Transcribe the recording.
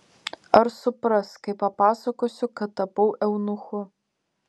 ar supras kai papasakosiu kad tapau eunuchu